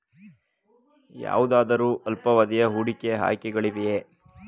ಯಾವುದಾದರು ಅಲ್ಪಾವಧಿಯ ಹೂಡಿಕೆ ಆಯ್ಕೆಗಳಿವೆಯೇ?